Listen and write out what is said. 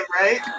right